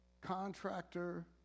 contractor